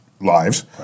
lives